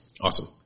Awesome